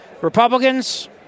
Republicans